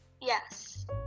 Yes